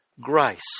grace